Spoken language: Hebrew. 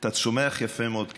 אתה צומח יפה מאוד כפוליטיקאי,